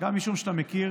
וגם משום שאתה מכיר